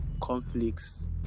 conflicts